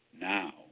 now